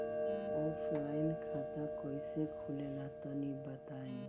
Offline खाता कइसे खुलेला तनि बताईं?